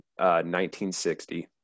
1960